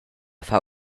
far